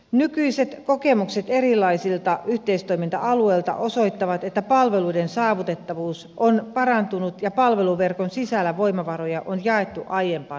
nykyiset kokemukset erilaisilta yhteistoiminta alueilta osoittavat että palveluiden saavutettavuus on parantunut ja palveluverkon sisällä voimavaroja on jaettu aiempaa tasaisemmin